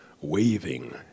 waving